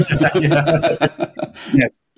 Yes